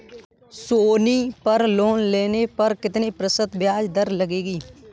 सोनी पर लोन लेने पर कितने प्रतिशत ब्याज दर लगेगी?